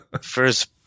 First